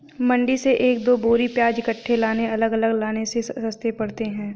मंडी से एक दो बोरी प्याज इकट्ठे लाने अलग अलग लाने से सस्ते पड़ते हैं